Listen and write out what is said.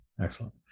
Excellent